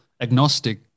agnostic